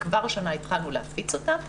וכבר השנה התחלנו להפיץ אותם.